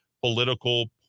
political